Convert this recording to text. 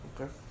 Okay